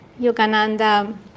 Yogananda